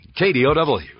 KDOW